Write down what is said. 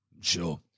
Sure